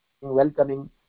welcoming